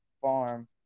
farm